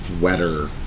wetter